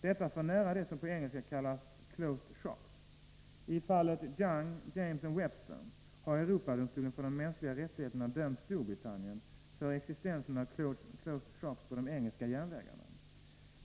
Detta ligger nära det som på engelska kallas ”closed shops”. I fallet ”Young, James and Webster” har Europadomstolen för de mänskliga rättigheterna dömt Storbritannien för existensen av ”closed shops” på de engelska järnvägarna.